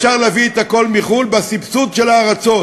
ואפשר להביא את הכול מחו"ל בסבסוד של הארצות.